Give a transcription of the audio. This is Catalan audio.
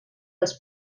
els